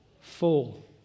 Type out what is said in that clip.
full